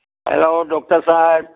hello doctor Saheb